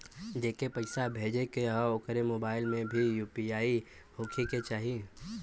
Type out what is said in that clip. जेके पैसा भेजे के ह ओकरे मोबाइल मे भी यू.पी.आई होखे के चाही?